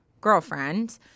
girlfriend